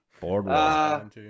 Boardwalk